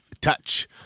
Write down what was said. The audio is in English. touch